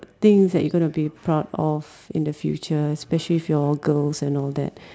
things that you going to be proud of in the future especially if y'all girls and all that